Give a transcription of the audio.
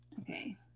Okay